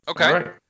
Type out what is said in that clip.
Okay